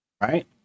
right